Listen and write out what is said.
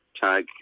tag